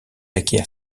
acquiert